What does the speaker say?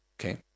Okay